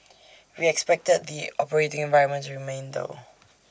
we expected the operating environment to remain tough